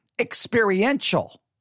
experiential